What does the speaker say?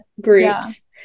groups